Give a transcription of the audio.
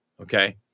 okay